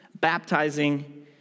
baptizing